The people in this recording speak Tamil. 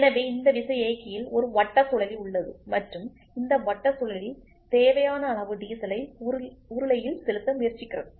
எனவே இந்த விசையியக்கியில் ஒரு வட்டசுழலி உள்ளது மற்றும் இந்த வட்டசுழலி தேவையான அளவு டீசலை உருளையில் செலுத்த முயற்சிக்கிறது